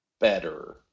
better